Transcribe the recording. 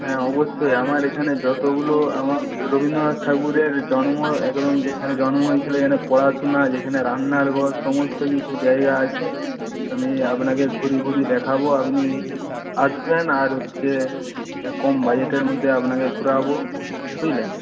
হ্যাঁ অবশ্যই আমার এখানে যতগুলো আমার রবীন্দ্রনাথ ঠাকুরের জন্ম একদম যেখানে জন্ম হয়েছিল যেখানে পড়াশোনা যেখানে রান্নার ঘর সমস্ত কিছু জায়গা আছে আমি আপনাকে ঘুরিয়ে ঘুরিয়ে দেখাব আপনি আসবেন আর হচ্ছে কম বাজেটের মধ্যে আপনাকে ঘোরাব বুঝলেন